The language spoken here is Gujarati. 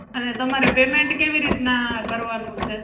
અને તમારે પેમેન્ટ કેવી રીતના કરવાનું છે